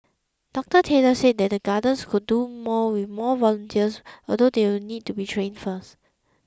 Doctor Taylor said that Gardens could do more with more volunteers although they will need to be trained first